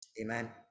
Amen